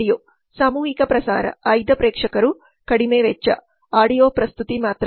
radio ಸಾಮೂಹಿಕ ಪ್ರಸಾರ ಆಯ್ದ ಪ್ರೇಕ್ಷಕರು ಕಡಿಮೆ ವೆಚ್ಚ ಆಡಿಯೊ ಪ್ರಸ್ತುತಿ ಮಾತ್ರ